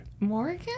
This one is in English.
Morgan